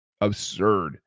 absurd